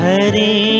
Hare